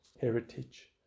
heritage